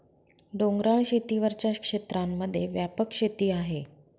डोंगराळ शेती वरच्या क्षेत्रांमध्ये व्यापक शेती आहे